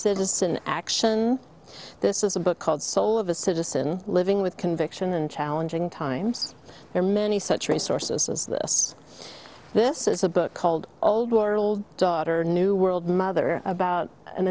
citizen action this is a book called soul of a citizen living with conviction and challenging times there are many such resources as this this is a book called old daughter new world mother about an